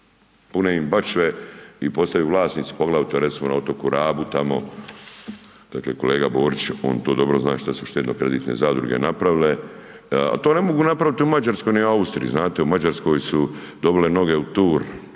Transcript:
pune im bačve i postaju vlasnici poglavito recimo na otoku Rabu tamo, dakle kolega Borić, on to dobro zna što su štedno kreditne zadruge napravile, al' to ne mogu napraviti u Mađarskoj ni Austriji, znate u Mađarskoj su dobile noge u tur,